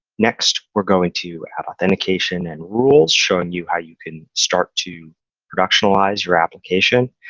next, we're going to add authentication and rules showing you how you can start to productionalize your application.